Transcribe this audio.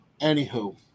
anywho